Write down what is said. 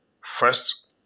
First